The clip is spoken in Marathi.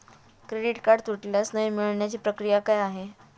क्रेडिट कार्ड तुटल्यास नवीन मिळवण्याची प्रक्रिया काय आहे?